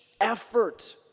effort